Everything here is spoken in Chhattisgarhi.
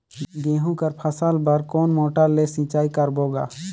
गहूं कर फसल बर कोन मोटर ले सिंचाई करबो गा?